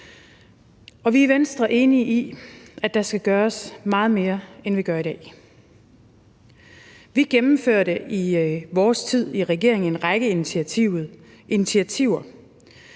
vi er i Venstre enige i, at der skal gøres meget mere, end vi gør i dag. Vi gennemførte i vores tid i regering en række initiativer.